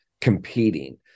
competing